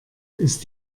ist